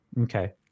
Okay